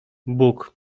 bóg